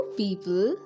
people